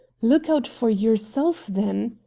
look out for yourself then!